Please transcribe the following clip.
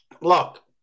look